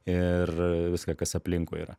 ir viską kas aplinkui yra